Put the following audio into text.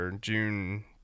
June